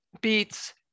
beets